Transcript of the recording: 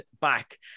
back